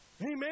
Amen